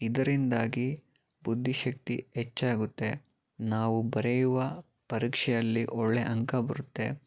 ಇದರಿಂದಾಗಿ ಬುದ್ಧಿಶಕ್ತಿ ಹೆಚ್ಚಾಗುತ್ತೆ ನಾವು ಬರೆಯುವ ಪರೀಕ್ಷೆಯಲ್ಲಿ ಒಳ್ಳೆ ಅಂಕ ಬರುತ್ತೆ